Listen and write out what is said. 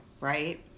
right